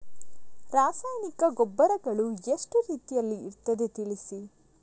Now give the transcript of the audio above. ರಾಸಾಯನಿಕ ಗೊಬ್ಬರಗಳು ಎಷ್ಟು ರೀತಿಯಲ್ಲಿ ಇರ್ತದೆ ತಿಳಿಸಿ?